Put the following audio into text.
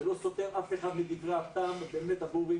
זה לא סותר אף אחד מדברי הטעם באמת הברורים